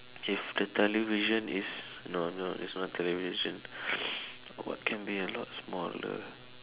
if the television is no no it's not television what can be a lot smaller